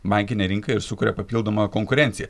bankinę rinką ir sukuria papildomą konkurenciją